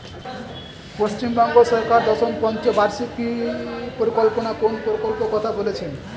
পশ্চিমবঙ্গ সরকার দশম পঞ্চ বার্ষিক পরিকল্পনা কোন প্রকল্প কথা বলেছেন?